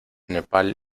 nepal